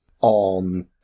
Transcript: on